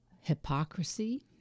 hypocrisy